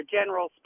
general